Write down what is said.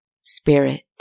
spirit